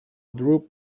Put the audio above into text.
drupe